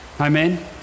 Amen